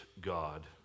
God